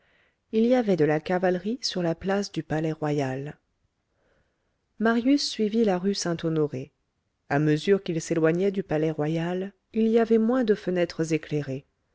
il y avait de la cavalerie sur la place du palais-royal marius suivit la rue saint-honoré à mesure qu'il s'éloignait du palais-royal il y avait moins de fenêtres éclairées